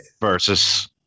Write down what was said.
versus